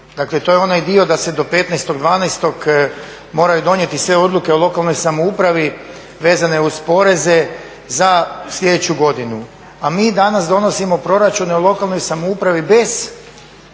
dakle to je onaj dio da se do 15.12. moraju donijeti sve odluke o lokalnoj samoupravi vezane uz poreze za slijedeću godinu. A mi danas donosimo proračune o lokalnoj samoupravi bez